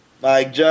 Mike